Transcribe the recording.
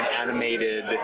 animated